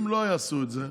אם לא יעשו את זה,